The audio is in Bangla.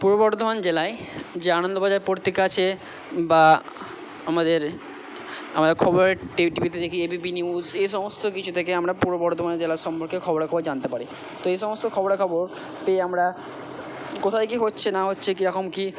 পূর্ব বর্ধমান জেলায় যে আনন্দবাজার পত্রিকা আছে বা আমাদের আমাদের খবরের টি ভিতে দেখি এ বি পি নিউজ এ সমস্ত কিছু থেকে আমরা পূর্ব বর্ধমান জেলার সম্পর্কে খবরাখবর জানতে পারি তো এই সমস্ত খবরাখবর পেয়ে আমরা কোথায় কী হচ্ছে না হচ্ছে কী রকম কী